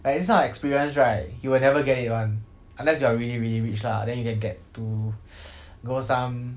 and this kind of experience right you will never get it one unless you are really really rich lah then you can get to go some